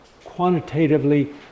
quantitatively